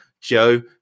Joe